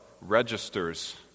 registers